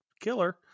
killer